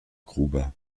gruber